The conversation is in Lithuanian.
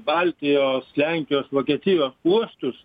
baltijos lenkijos vokietijos uostus